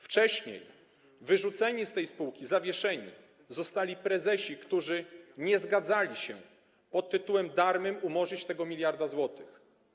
Wcześniej wyrzuceni z tej spółki, zawieszeni zostali prezesi, którzy nie zgadzali się pod tytułem darmym umorzyć tego 1 mld zł.